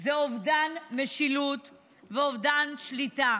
זה אובדן משילות ואובדן שליטה.